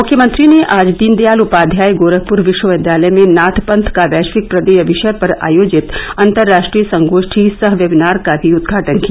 मुख्यमंत्री ने आज दीनदयाल उपाध्याय गोरखपुर विश्वविद्यालय में नाथ पंथ का वैश्विक प्रदेय विषय पर आयोजित अन्तर्राष्टीय संगोष्ठी सह वेबिनार का भी उदघाटन किया